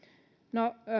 no